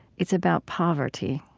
it's about poverty.